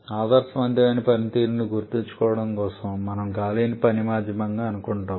ఆదర్శవంతమైన పనితీరును గుర్తించడం కోసం మనము గాలిని పని మాధ్యమంగా అంటుకుంటాము